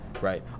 right